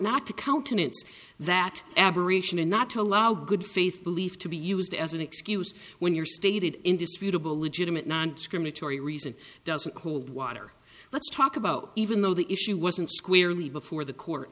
not to countenance that aberration and not to allow good faith belief to be used as an excuse when your stated indisputable legitimate nondiscriminatory reason doesn't hold water let's talk about even though the issue wasn't squarely before the court